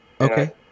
Okay